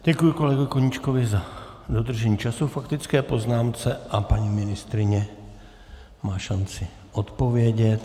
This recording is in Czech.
Děkuji kolegu Koníčkovi za dodržení času k faktické poznámce a paní ministryně má šanci odpovědět.